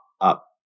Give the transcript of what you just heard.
up